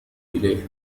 إليه